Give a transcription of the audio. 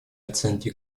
оценки